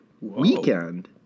weekend